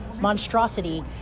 monstrosity